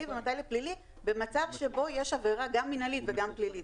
ומתי לפלילי במצב שבו יש עבירה גם מינהלית וגם פלילית.